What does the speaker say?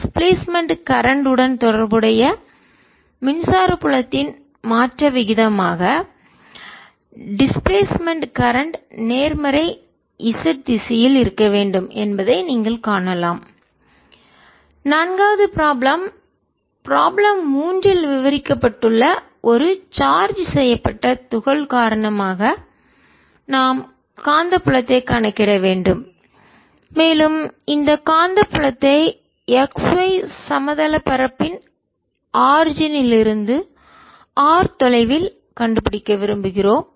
displacement இடப்பெயர்ச்சி current மின்னோட்டம் உடன் தொடர்புடைய மின்சார புலத்தின் மாற்ற விகிதமாகடிஸ்பிளேஸ்மென்ட்இடப்பெயர்ச்சிகரண்ட்மின்னோட்டம் நேர்மறை z திசையில் இருக்க வேண்டும் என்பதை நீங்கள் காணலாம் நான்காவது ப்ராப்ளம் ப்ராப்ளம் மூன்றில் விவரிக்கப்பட்டுள்ள ஒரு சார்ஜ் செய்யப்பட்ட துகள் காரணமாக நாம் காந்தப்புலத்தை கணக்கிட வேண்டும் மேலும் இந்த காந்தப்புலத்தை x y சமதள பரப்பு தட்டையான பரப்பு ன் ஆரிஜின் இருந்து தோற்றத்திலிருந்து r தொலைவில் கண்டுபிடிக்க விரும்புகிறோம்